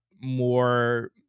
more